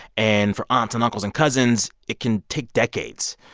and for aunts and uncles and cousins, it can take decades.